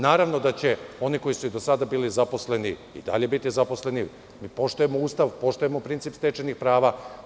Naravno da će oni koji su i do sada bili zaposleni i dalje biti zaposleni, mi poštujemo Ustav, poštujemo princip stečenih prava.